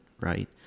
right